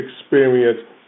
experience